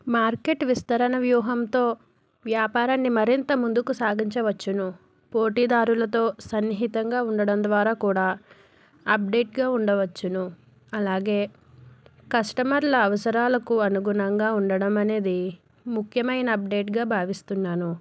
market విస్తరణ వ్యూహంతో వ్యాపారాన్ని మరింత ముందుకు సాగించవచ్చును పోటీదారులతో సన్నిహితంగా ఉండడం ద్వారా కూడా అప్డేట్గా ఉండవచ్చును అలాగే కస్టమర్ల అవసరాలకు అనుగుణంగా ఉండడం అనేది ముఖ్యమైన అప్డేట్గా భావిస్తున్నాను